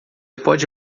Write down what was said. pode